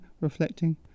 reflecting